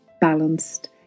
balanced